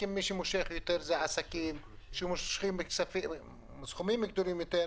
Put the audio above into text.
מושכים סכומים גדולים יותר.